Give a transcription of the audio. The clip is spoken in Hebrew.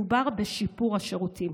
מדובר בשיפור השירותים.